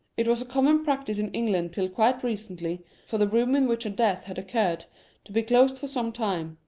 it was a common practice in england till quite recently for the room in which a death had occurred to be closed for some time,